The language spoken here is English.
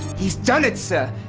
he's done it, sir.